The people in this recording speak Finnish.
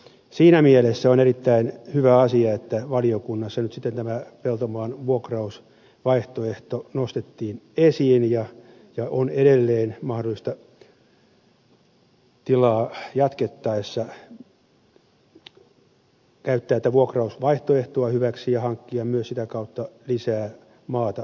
siinä mielessä on erittäin hyvä asia että valiokunnassa nyt sitten tämä peltomaan vuokrausvaihtoehto nostettiin esiin ja on edelleen mahdollista tilaa jatkettaessa käyttää tätä vuokrausvaihtoehtoa hyväksi ja hankkia myös sitä kautta lisää maata käyttöön